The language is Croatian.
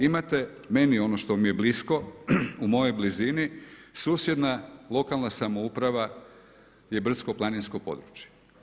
Imate meni ono što mi je blisko, u mojoj blizini, susjedna lokalna samouprava je brdsko-planinsko područje.